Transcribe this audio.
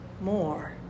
more